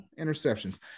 interceptions